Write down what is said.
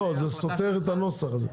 לא, זה סותר את הנוסח הזה.